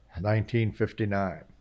1959